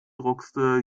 druckste